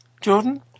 Jordan